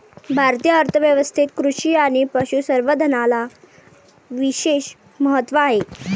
भारतीय अर्थ व्यवस्थेत कृषी आणि पशु संवर्धनाला विशेष महत्त्व आहे